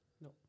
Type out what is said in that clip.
No